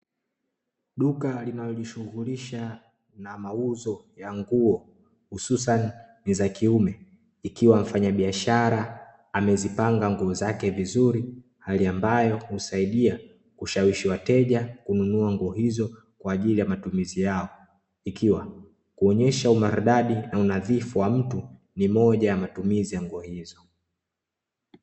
Duka linalojishughulisha na mauzo ya nguo hususani za kiume, ikiwa mfanyabiashara amezipanga nguo zake vizuri hali ambayo husaidia kushawishi wateja kununua nguo hizo kwaajili ya matumizi yao, ikiwa kuonyesha umaridadi na unadhifu wa mtu ni moja ya matumizi ya nguo hizo.